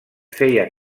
feia